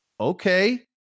Okay